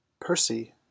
Percy